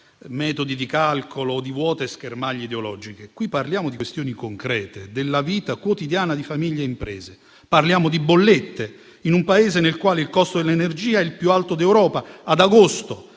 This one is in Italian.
metodi di calcolo o di vuote schermaglie ideologiche, ma di questioni concrete, della vita quotidiana di famiglie e imprese, di bollette, in un Paese nel quale il costo dell'energia è il più alto d'Europa (ad agosto